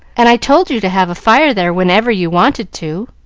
and i told you to have a fire there whenever you wanted to.